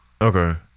Okay